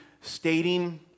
stating